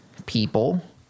people